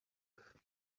leap